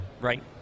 right